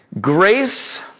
Grace